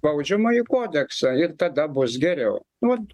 baudžiamąjį kodeksą ir tada bus geriau nu vat